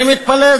אני מתפלא.